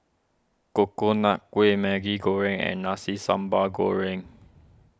Coconut Kuih Maggi Goreng and Nasi Sambal Goreng